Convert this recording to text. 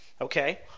okay